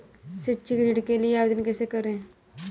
शैक्षिक ऋण के लिए आवेदन कैसे करें?